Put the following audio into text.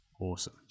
Awesome